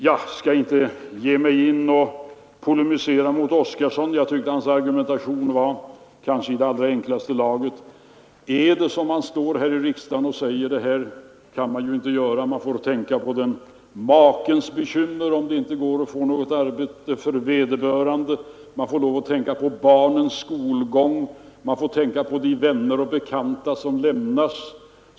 Jag skall inte ge mig in på en polemik med herr Oskarson; jag tyckte att hans argument var i det allra enklaste laget, när han säger att det här kan man inte göra, man får tänka på makens bekymmer om det inte går att få något arbete för vederbörande, man får lov att tänka på barnens skolgång, man får tänka på de vänner och bekanta som vederbörande måste lämna.